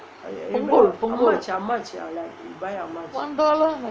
punggol punggol one dollar